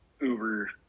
uber